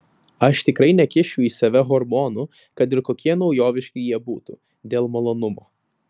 aš tikrai nekišiu į save hormonų kad ir kokie naujoviški jie būtų dėl malonumo